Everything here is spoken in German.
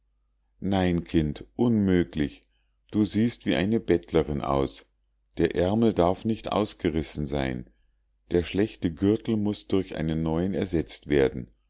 nein kind unmöglich du siehst wie eine bettlerin aus der aermel darf nicht ausgerissen sein der schlechte gürtel muß durch einen neuen ersetzt werden